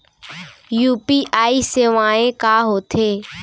UPI सेवाएं का होथे